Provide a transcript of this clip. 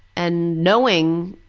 and knowing,